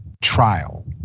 trial